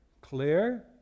clear